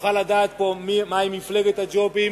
נוכל לדעת מיהי מפלגת הג'ובים